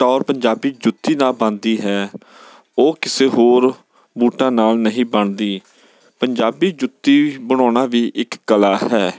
ਟੌਹਰ ਪੰਜਾਬੀ ਜੁੱਤੀ ਨਾਲ ਬਣਦੀ ਹੈ ਉਹ ਕਿਸੇ ਹੋਰ ਬੂਟਾਂ ਨਾਲ ਨਹੀਂ ਬਣਦੀ ਪੰਜਾਬੀ ਜੁੱਤੀ ਬਣਾਉਣਾ ਵੀ ਇੱਕ ਕਲਾ ਹੈ